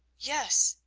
yes,